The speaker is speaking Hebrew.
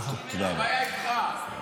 הבעיה איתך, הבעיה איתך.